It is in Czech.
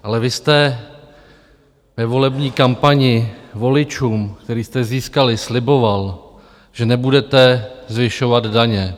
Ale vy jste ve volební kampani voličům, které jste získali, sliboval, že nebudete zvyšovat daně.